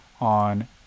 on